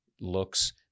looks